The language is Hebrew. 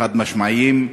חד-משמעיים,